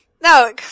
No